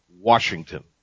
Washington